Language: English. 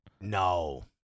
No